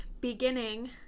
Beginning